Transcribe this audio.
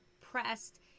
pressed